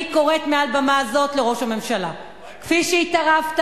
אני קוראת מעל במה זו לראש הממשלה כפי שהתערבת,